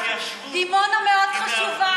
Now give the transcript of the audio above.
דימונה מאוד חשובה,